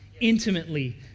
intimately